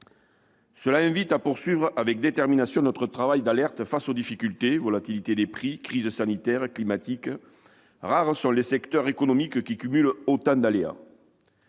Cela invite à poursuivre avec détermination notre travail d'alerte face aux difficultés, comme la volatilité des prix et les crises sanitaires et climatiques : rares sont les secteurs économiques qui cumulent autant d'aléas.